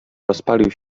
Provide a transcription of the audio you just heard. rozpalił